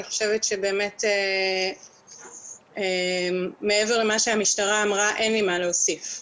אני חושבת שבאמת מעבר למה שהמשטרה אמרה אין לי מה להוסיף.